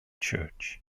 church